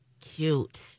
Cute